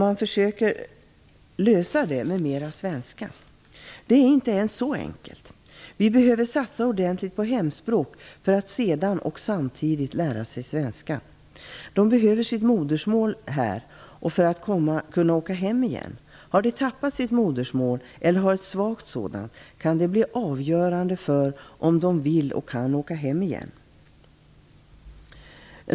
Man försöker lösa det genom mera svenska. Men så enkelt är det inte. Vi behöver satsa ordentligt på hemspråk för att dessa människor sedan samtidigt skall lära sig svenska. Dessa människor behöver sitt modersmål här och för att de skall kunna åka hem igen. Har de tappat sitt modersmål eller har ett svagt sådant, kan det nämligen bli avgörande för om de vill och kan åka hem igen.